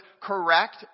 correct